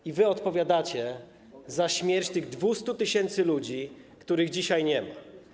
I wy odpowiadacie za śmierć tych 200 tys. ludzi, których dzisiaj nie ma.